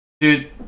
Dude